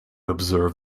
observe